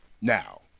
now